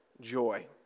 Joy